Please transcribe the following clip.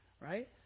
right